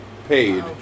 paid